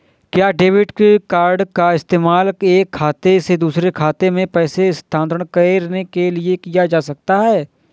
क्या debit card का इस्तेमाल एक खाते से दूसरे खाते में पैसे स्थानांतरण करने के लिए किया जा सकता है?